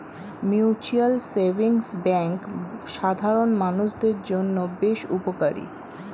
mutual savings bank সাধারণ মানুষদের জন্য বেশ উপকারী